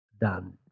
done